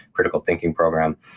critical thinking program,